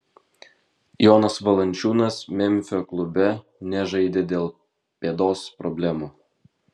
jonas valančiūnas memfio klube nežaidė dėl pėdos problemų